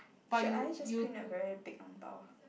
should I just print a very big ang bao